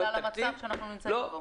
אני רק אומרת בגלל המצב שאנחנו נמצאים בו.